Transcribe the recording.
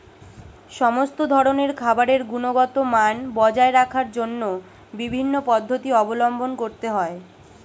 সমস্ত ধরনের খাবারের গুণগত মান বজায় রাখার জন্য বিভিন্ন পদ্ধতি অবলম্বন করতে হয়